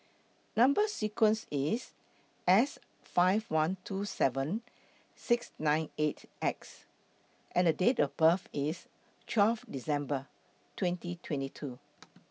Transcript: Number sequence IS S five one two seven six nine eight X and Date of birth IS twelve December twenty twenty two